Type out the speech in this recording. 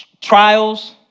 trials